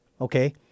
Okay